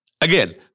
Again